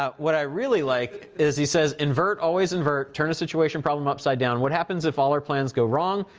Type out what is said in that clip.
ah what i really like, is he says, invert, always invert turn a situation or problem upside down. what happens if all our plans go wrong?